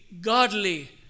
godly